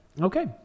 Okay